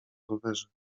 rowerze